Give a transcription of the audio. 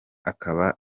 akaba